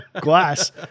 glass